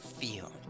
feel